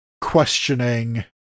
questioning